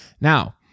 Now